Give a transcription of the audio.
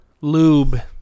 Lube